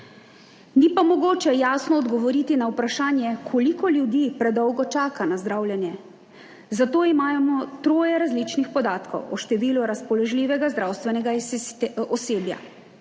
ni pa mogoče jasno odgovoriti na vprašanje, koliko ljudi predolgo čaka na zdravljenje. Zato imamo troje različnih podatkov o številu razpoložljivega zdravstvenega osebja.